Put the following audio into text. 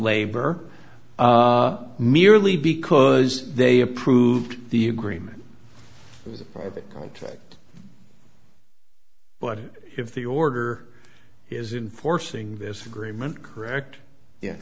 labor merely because they approved the agreement it was a private contract but if the order is in forcing this agreement correct ye